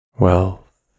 Wealth